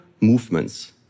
movements